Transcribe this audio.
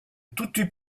toutut